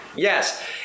Yes